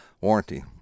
warranty